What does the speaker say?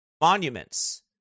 monuments